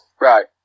Right